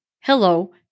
Hello